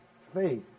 faith